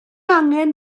angen